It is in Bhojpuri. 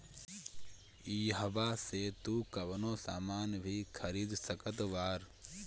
इहवा से तू कवनो सामान भी खरीद सकत बारअ